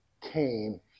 came